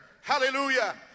Hallelujah